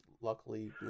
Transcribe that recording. Luckily